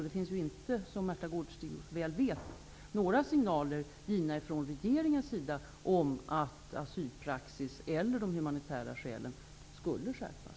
Det finns inte heller -- vilket Märtha Gårdestig väl vet -- några signaler från regeringen om att asylpraxis eller hänsynen till de humanitära skälen skall skärpas.